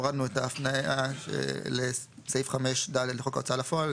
הורדנו את ההפניה לסעיף 5(ד) לחוק ההוצאה לפועל,